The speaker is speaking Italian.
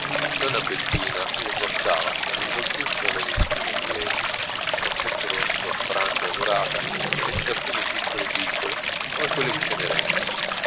donna bettina le portava nell'involtuccio la vestina di veli il corpetto rosso a frangia dorata e le scarpine piccole piccole come quelle di cenerentola